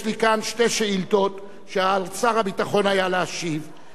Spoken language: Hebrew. יש לי כאן שתי שאילתות שעל שר הביטחון היה להשיב עליהן.